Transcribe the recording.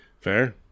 Fair